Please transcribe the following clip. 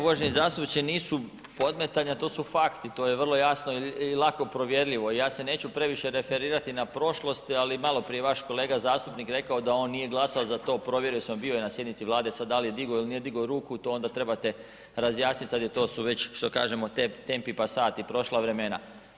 Uvaženi zastupniče, nisu podmetanja, to su fakti, to je vrlo jasno i lako provjerljivo i ja se neću previše referirati na prošlosti ali malo prije je vaš kolega zastupnik rekao da on nije glasao za to, provjerio sam, bio je na sjednici Vlade, sad da li je digao ili nije digao ruku, to onda trebate razjasniti, sada je to su već što kažemo tempi i passati prošla vremena.